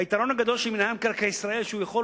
היתרון הגדול של מינהל מקרקעי ישראל הוא שהוא יכול